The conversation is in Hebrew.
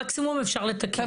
מקסימום אפשר לתקן.